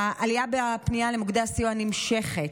העלייה בפנייה למוקדי הסיוע נמשכת.